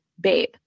babe